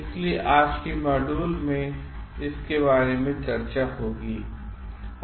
इसलिए आज के मॉड्यूल में इसके बारे हम चर्चा करेंगे